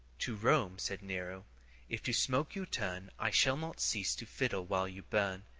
to rome said nero if to smoke you turn i shall not cease to fiddle while you burn.